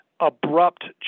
abrupt